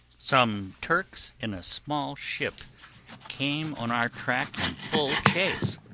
some turks in a small ship came on our track in full chase.